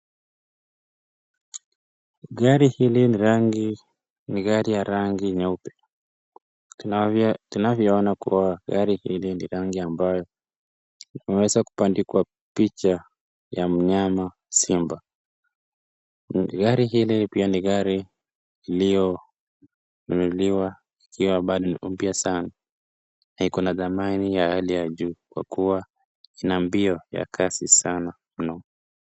Gari hili ni gari ya rangi nyeupe. Tunavyoona kuwa gari hili ni rangi ambayo imewezwa kubandikwa picha ya mnyama simba. Gari hili pia ni gari iliyonunuliwa ikiwa bado ni mpya sana na iko na dhamani ya hali ya juu kwa kuwa ina mbio ya kasi sana mno.